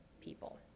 people